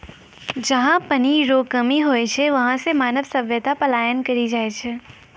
जहा पनी रो कमी हुवै छै वहां से मानव सभ्यता पलायन करी जाय छै